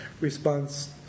response